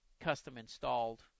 custom-installed